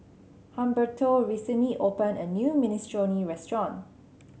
Humberto recently opened a new Minestrone restaurant